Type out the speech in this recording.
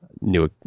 new